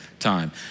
Time